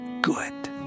Good